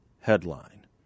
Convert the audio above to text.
headline